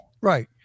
Right